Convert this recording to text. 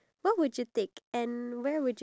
so what would you bring